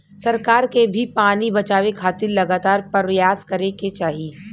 सरकार के भी पानी बचावे खातिर लगातार परयास करे के चाही